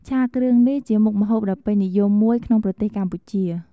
ឆាគ្រឿងនេះជាមុខម្ហូបដ៏ពេញនិយមមួយក្នុងប្រទេសកម្ពុជា។